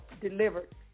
delivered